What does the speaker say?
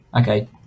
okay